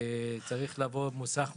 צריך לעבור מוסך מורשה,